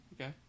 Okay